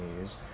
news